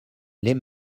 les